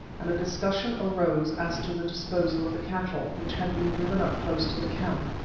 and a discussion arose as to the disposal of the cattle, which had been driven up close to the camp.